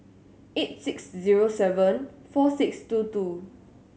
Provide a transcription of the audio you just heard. eight six zero seven four six two two